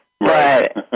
Right